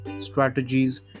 strategies